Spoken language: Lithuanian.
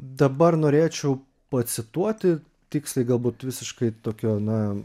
dabar norėčiau pacituoti tiksliai galbūt visiškai tokio na